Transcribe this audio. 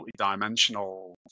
multidimensional